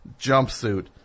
jumpsuit